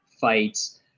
fights